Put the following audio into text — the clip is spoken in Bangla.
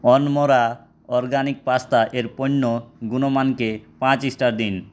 অনমরা অরগ্যানিক পাস্তা এর পণ্য গুণমানকে পাঁচ স্টার দিন